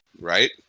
right